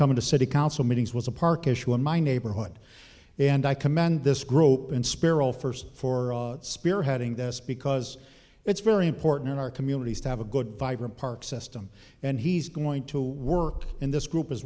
coming to city council meetings was a park issue in my neighborhood and i commend this grope and spear offers for spearheading this because it's very important in our communities to have a good vibrant park system and he's going to work in this group is